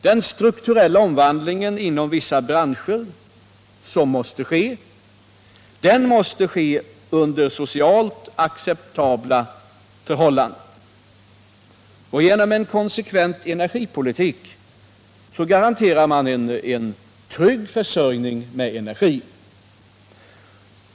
Den nödvändiga strukturella omvandlingen inom vissa branscher måste ske under socialt acceptabla förhållanden. Genom en konsekvent energipolitik garanteras en trygg försörjning med energi.